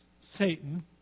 Satan